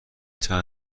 چند